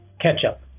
ketchup